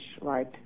right